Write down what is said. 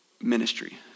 ministry